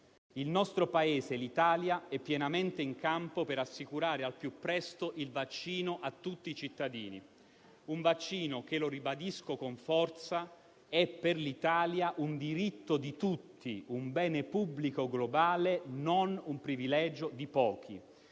Il nostro Paese, l'Italia, è pienamente in campo per assicurare al più presto il vaccino a tutti i cittadini; un vaccino che - lo ribadisco con forza - è per l'Italia un diritto di tutti, un bene pubblico globale, non un privilegio di pochi.